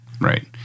Right